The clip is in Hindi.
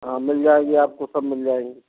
हाँ मिल जाएगी आपको सब मिल जाएंगी